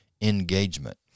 engagement